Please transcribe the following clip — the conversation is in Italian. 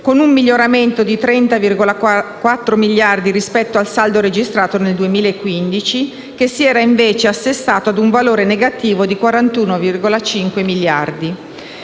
con un miglioramento di 30,4 miliardi rispetto al saldo registrato nel 2015, che si era invece assestato ad un valore negativo di 41,5 miliardi.